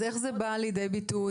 אז איך זה בא לידי ביטוי,